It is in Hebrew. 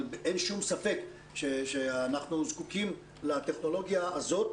אין ספק שאנחנו זקוקים לטכנולוגיה הזאת